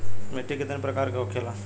मिट्टी कितने प्रकार के होखेला?